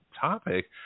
topic